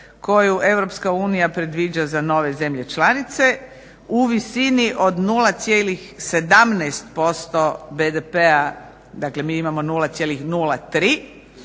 koju EU predviđa za nove zemlje članice u visini od 0,17% BDP-a. Dakle, mi imamo 0,03.